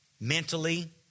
Mentally